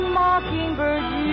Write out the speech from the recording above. mockingbirds